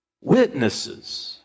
Witnesses